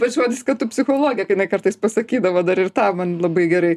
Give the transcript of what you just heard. pats žodis kad tu psichologė kai jinai kartais pasakydavo dar ir tą man labai gerai